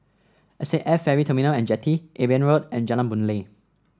S A F Ferry Terminal at Jetty Eben Road and Jalan Boon Lay